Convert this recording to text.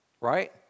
right